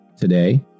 today